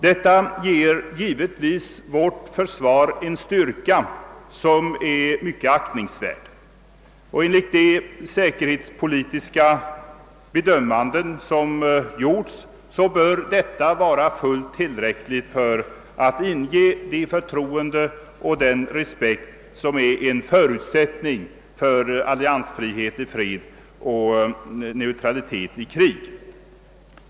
Det förhållandet, att Sverige satsar en så stor del av sina försvarsanslag på investeringar i materiel i jämförelse med andra länder är givetvis av mycket stor betydelse när det gäller att mäta den relativa försvarseffekten i förhållande till vår omvärld.